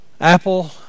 Apple